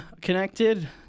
connected